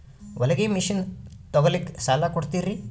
ಹೊಲಗಿ ಮಷಿನ್ ತೊಗೊಲಿಕ್ಕ ಸಾಲಾ ಕೊಡ್ತಿರಿ?